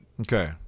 Okay